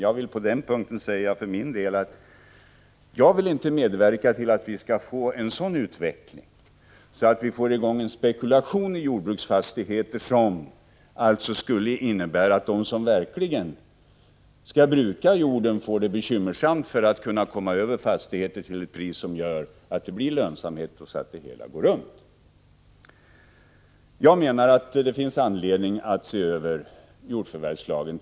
Jag vill på den punkten säga att jag inte vill medverka till en utveckling som leder till spekulation i jordbruksfastigheter, vilket alltså skulle innebära att de som verkligen skall bruka jorden får bekymmer med att komma över fastigheter till priser som innebär lönsamhet, så att det hela går runt. Min uppfattning är att det finns anledning att se över jordförvärvslagen.